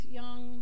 young